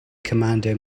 commander